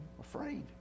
afraid